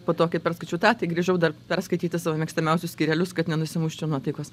po to kai perskaičiau tą tai grįžau dar perskaityti savo mėgstamiausius skyrelius kad nenusimuščiau nuotaikos